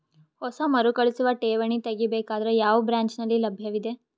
ಹೊಸ ಮರುಕಳಿಸುವ ಠೇವಣಿ ತೇಗಿ ಬೇಕಾದರ ಯಾವ ಬ್ರಾಂಚ್ ನಲ್ಲಿ ಲಭ್ಯವಿದೆ?